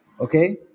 Okay